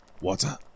water